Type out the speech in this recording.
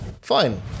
fine